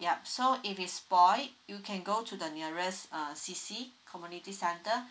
yup so if its spoil you can go to the nearest err cc community centre